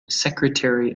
secretary